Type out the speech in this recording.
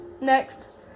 next